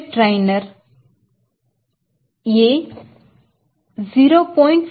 jet trainer a 0